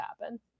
happen